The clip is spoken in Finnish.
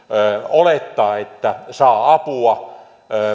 olettaa että saa apua